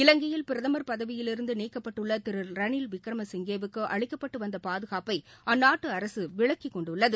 இலங்கையில் பிரதமர் பதவியிலிருந்து நீக்கப்பட்டுள்ள திரு ரனில் விக்ரமசிங்கேவுக்கு அளிக்கப்பட்டு வந்த பாதுகாப்பை அந்நாட்டு அரசு விலக்கிக் கொண்டுள்ளது